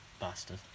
bastard